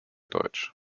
deutsch